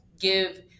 give